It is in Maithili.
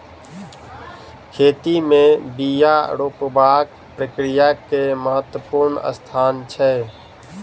खेती में बिया रोपबाक प्रक्रिया के महत्वपूर्ण स्थान छै